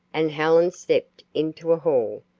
and helen stepped into a hall,